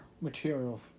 material